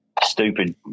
stupid